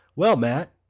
well, mat,